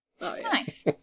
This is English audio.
Nice